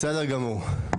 בסדר גמור.